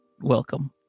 Welcome